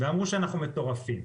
ואמרו שאנחנו מטורפים.